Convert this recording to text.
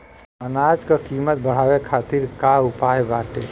अनाज क कीमत बढ़ावे खातिर का उपाय बाटे?